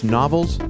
novels